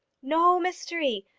no mystery.